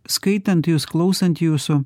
skaitant jus klausant jūsų